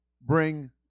bring